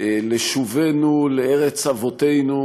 לשובנו לארץ אבותינו,